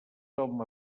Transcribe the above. home